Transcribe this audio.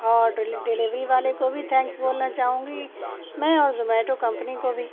اور ڈیلیوری والے کو بھی تھینکس بولنا چاہوں گی میں اور زومیٹو کمپنی کو بھی